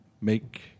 make